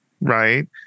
right